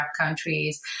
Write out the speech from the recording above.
countries